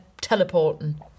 teleporting